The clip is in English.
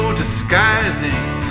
disguising